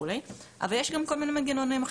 כדאי אולי לחשוב על דיונים מסוימים או